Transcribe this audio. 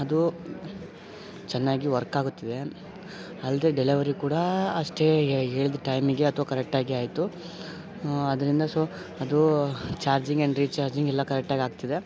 ಅದು ಚೆನ್ನಾಗಿ ವರ್ಕ್ ಆಗುತ್ತಿದೆ ಅಲ್ಲದೆ ಡೆಲವರಿ ಕೂಡ ಅಷ್ಟೇ ಹೇಳಿದ್ ಟೈಮಿಗೆ ಅದು ಕರೆಕ್ಟಾಗಿ ಆಯಿತು ಅದರಿಂದ ಸೊ ಅದು ಚಾರ್ಜಿಂಗ್ ಆ್ಯಂಡ್ ರಿಚಾರ್ಜಿಂಗೆಲ್ಲ ಕರೆಕ್ಟಾಗಿ ಆಗ್ತಿದೆ